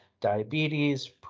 diabetes